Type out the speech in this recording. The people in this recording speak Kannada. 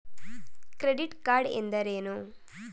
ಕ್ರೆಡಿಟ್ ಕಾರ್ಡ್ ಎಂದರೇನು?